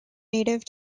native